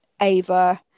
Ava